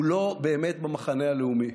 הוא לא באמת במחנה הלאומי,